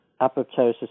Apoptosis